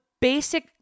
basic